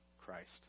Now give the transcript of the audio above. christ